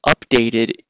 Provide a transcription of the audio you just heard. updated